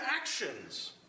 actions